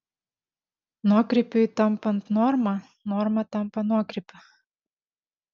nuokrypiui tampant norma norma tampa nuokrypiu